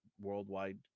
worldwide